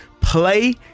play